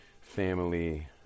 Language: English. family